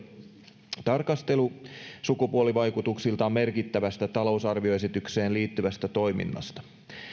yhteenvetotarkastelu sukupuolivaikutuksiltaan merkittävästä talousarvioesitykseen liittyvästä toiminnasta